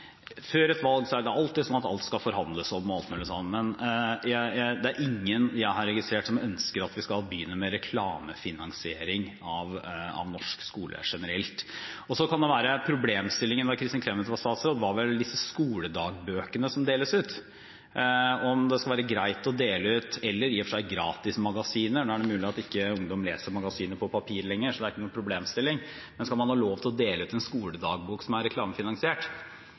Før et valg er det alltid sånn at alt skal forhandles om osv. Men jeg har ikke registrert noen som ønsker at vi skal begynne med reklamefinansiering av norsk skole generelt. Det kan være at problemstillingen da Kristin Clemet var statsråd, var om det skal være greit å dele ut disse skoledagbøkene eller gratismagasiner. Nå er det er mulig at ungdom ikke leser magasiner på papir lenger, så det er ikke noen problemstilling, men skal man ha lov til å dele ut en skoledagbok som er reklamefinansiert?